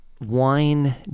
wine